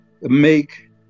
make